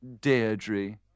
Deirdre